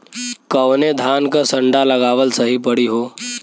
कवने धान क संन्डा लगावल सही परी हो?